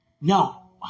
No